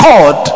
God